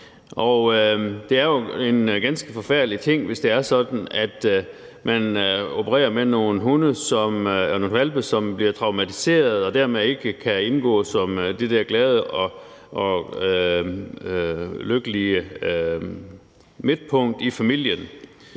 Det er jo en ganske forfærdelig ting, hvis det er sådan, at man opererer med nogle hvalpe, som bliver traumatiserede og dermed ikke kan indgå som det der glade og lykkelige midtpunkt i familien.